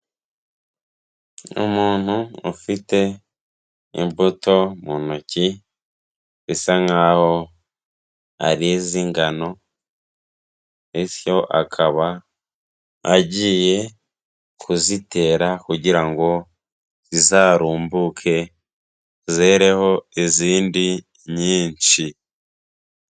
Umuntu ufite imbuto mu ntoki, bisa nkaho ari iz'ingano bityo akaba agiye kuzitera kugira ngo zizarumbuke, zereho izindi nyinshi.